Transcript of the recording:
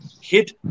hit